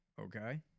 Okay